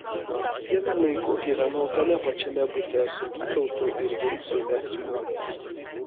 vienu laiku gyvenau tame pačiame bute su vytautu ir vincu maciūnais